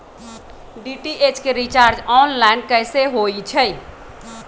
DTH के recharge online कैसे होईछई?